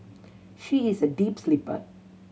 she is a deep sleeper